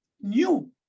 new